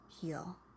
heal